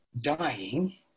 dying